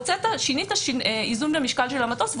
שינית איזון במשקל של המטוס,